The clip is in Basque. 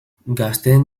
gazteen